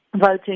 voting